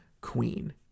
queen